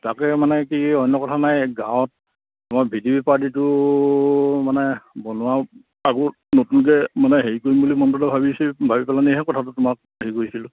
তাকে মানে কি অন্য কথা নাই গাঁৱত তোমাৰ ভি ডি পি পাৰ্টিটো মানে বনোৱা আকৌ নতুনকৈ মানে হেৰি কৰিম বুলি মনটোতে ভাবিছোঁ ভাবি পেলাইনিহে কথাটো তোমাক হেৰি কৰিছিলোঁ